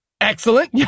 Excellent